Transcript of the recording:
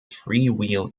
freewheel